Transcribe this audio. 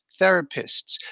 therapists